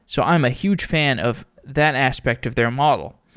so i'm a huge fan of that aspect of their model.